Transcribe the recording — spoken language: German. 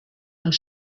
und